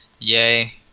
Yay